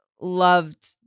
loved